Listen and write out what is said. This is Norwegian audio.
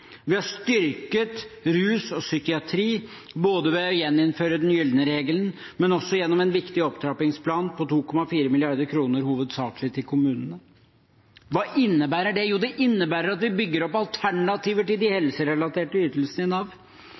Vi har styrket arbeidet med rus og psykiatri, både ved å gjeninnføre den gylne regelen og gjennom en viktig opptrappingsplan på 2,4 mrd. kr, hovedsakelig til kommunene. Hva innebærer det? Jo, det innebærer at vi bygger opp alternativer til de helserelaterte ytelsene i Nav.